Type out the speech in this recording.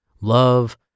love